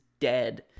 dead